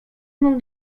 mną